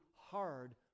hard